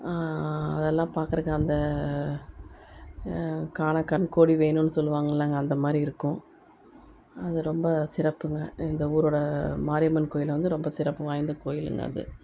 அதெல்லாம் பார்க்கறக்கு அந்த காணக்கண் கோடி வேணும்னு சொல்லுவாங்களேலங்க அந்த மாதிரி இருக்கும் அது ரொம்ப சிறப்புங்க இந்த ஊரோட மாரியம்மன் கோயில் வந்து ரொம்ப சிறப்பு வாய்ந்த கோயிலுங்க அது